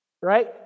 right